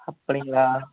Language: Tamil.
அப்படிங்களா